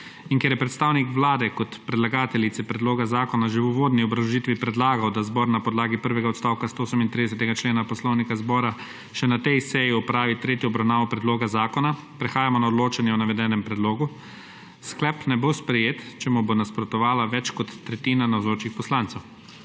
in ker je predstavnik Vlade kot predlagateljici predloga zakona že v uvodni obrazložitvi predlagal, da zbor na podlagi prvega odstavka 138. člena Poslovnika zbora še na tej seji opravi tretjo obravnavo predloga zakona, prehajamo na odločanje o navedenem predlogu. Sklep ne bo sprejet, če mu bo nasprotovala več kot tretjina navzočih poslancev.